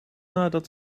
nadat